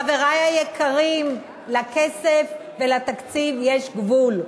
חברי היקרים, לכסף ולתקציב יש גבול,